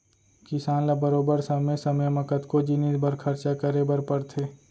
किसान ल बरोबर समे समे म कतको जिनिस बर खरचा करे बर परथे